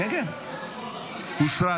הוסרה.